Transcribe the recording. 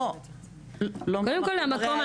--- קודם כל מהמקום,